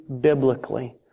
biblically